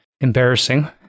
Embarrassing